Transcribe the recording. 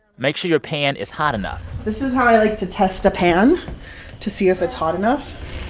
make sure your pan is hot enough this is how i like to test a pan to see if it's hot enough. i